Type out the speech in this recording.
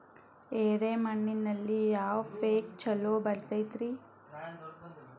ಎರೆ ಮಣ್ಣಿನಲ್ಲಿ ಯಾವ ಪೇಕ್ ಛಲೋ ಬರತೈತ್ರಿ?